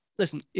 Listen